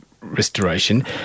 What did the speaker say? restoration